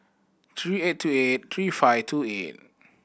three eight two eight three five two eight